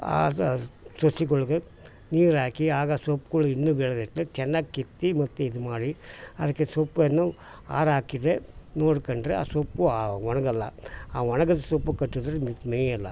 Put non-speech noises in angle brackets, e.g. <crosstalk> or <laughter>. ಆಗ ಸಸಿಗಳ್ಗೆ ನೀರಾಕಿ ಆಗ ಸೊಪ್ಪುಗಳ್ ಇನ್ನೂ <unintelligible> ಚೆನ್ನಾಗಿ ಕಿತ್ತು ಮತ್ತು ಇದು ಮಾಡಿ ಅದಕ್ಕೆ ಸೊಪ್ಪನ್ನು ಆರ ಹಾಕಿದೆ ನೋಡ್ಕೊಂಡ್ರೆ ಆ ಸೊಪ್ಪು ಒಣ್ಗೋಲ್ಲ ಆ ಒಣ್ಗೋದ್ ಸೊಪ್ಪು ಕಟ್ಟಿದ್ರೆ ಮೇಯಲ್ಲ